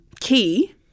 key